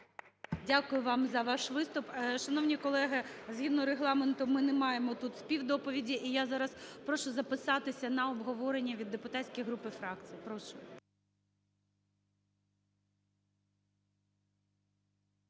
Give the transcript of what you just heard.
Дякую вам за ваш виступ. Шановні колеги, згідно Регламенту ми не маємо тут співдоповіді. І я зараз прошу записатися на обговорення від депутатських груп і фракцій. Прошу.